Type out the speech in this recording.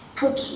put